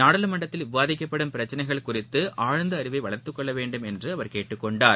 நாடாளுமன்றத்தில் விவாதிக்கப்படும் பிரச்சனைகள் குறித்து ஆழ்ந்த அறிவை வளர்த்துக் கொள்ள வேண்டும் என்று அவர் கேட்டுக்கொண்டார்